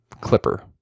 Clipper